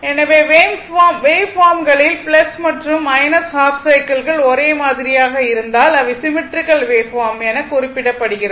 எனவே வேவ்பார்ம்ஸ்களில் மற்றும் ஹாஃப் சைக்கிள்கள் ஒரே மாதிரியாக இருந்தால் அவை சிம்மெட்ரிக்கல் வேவ்பார்ம்ஸ் என குறிப்பிடப்படுகிறது